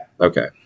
Okay